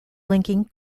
linking